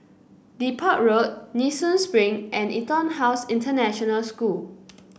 Depot Road Nee Soon Spring and EtonHouse International School